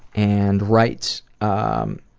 and writes um